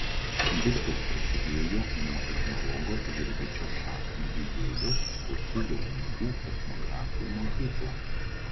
viskas prasidėjo nuo etnologo žilvičio šaknio idėjos kurti jaunųjų etnografų mokyklą